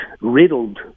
riddled